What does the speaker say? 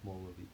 more worth it